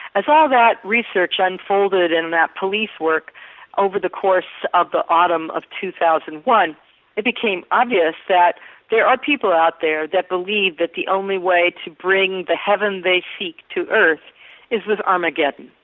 as all that research unfolded and that police work over the course of the autumn of two thousand and one it became obvious that there are people out there that believe that the only way to bring the heaven they seek to earth is with armageddon,